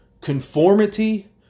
conformity